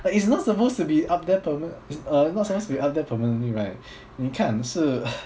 but it's not supposed to be up there perma~ uh not supposed to be up there permanently right 你看是